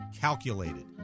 calculated